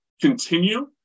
continue